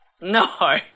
No